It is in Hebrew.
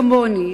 כמוני,